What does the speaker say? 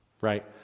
right